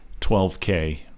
12K